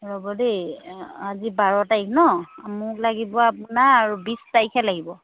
ৰ'ব দেই আজি বাৰ তাৰিখ নহ্ মোক লাগিব আপোনাৰ আৰু বিছ তাৰিখে লাগিব